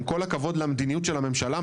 עם כל הכבוד למדינות של הממשלה,